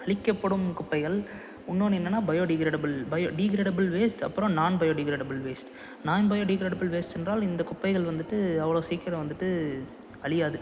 அழிக்கப்படும் குப்பைகள் இன்னொன்னு என்னனா பயோடிக்ரேடபுள் பயோடிக்ரேடபுள் வேஸ்ட் அப்புறோம் non biodegradable waste non biodegradable waste என்றால் இந்த குப்பைகள் வந்துட்டு அவ்வளோ சீக்கிரம் வந்துட்டு அழியாது